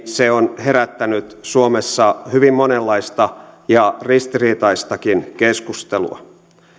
se on herättänyt suomessa hyvin monenlaista ja ristiriitaistakin keskustelua